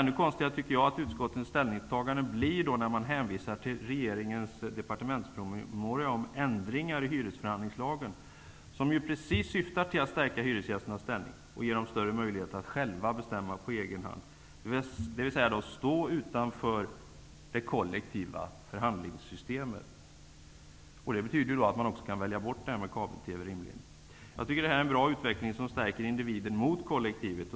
Ännu konstigare blir utskottets ställningstagande när man hänvisar till regeringens departementspromemoria om ändringar i hyresförhandlingslagen. Den syftar ju till att stärka hyresgästernas ställning och ge dem större möjligheter att själva bestämma, dvs. stå utanför det kollektiva förhandlingssystemet. Det betyder rimligen att man också skall kunna välja bort kabel TV. Detta är en bra utveckling som stärker individen mot kollektivet.